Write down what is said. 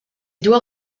doit